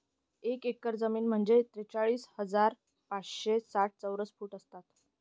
एक एकर जमीन म्हणजे त्रेचाळीस हजार पाचशे साठ चौरस फूट असतात